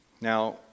Now